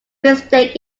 mistake